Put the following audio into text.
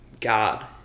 God